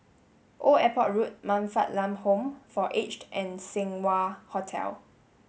Old Airport Road Man Fatt Lam Home for Aged and Seng Wah Hotel